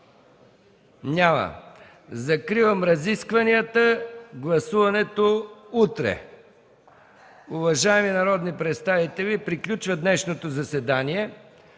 Няма. Закривам разискванията. Гласуването – утре. Уважаеми народни представители, приключва днешното заседание.